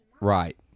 Right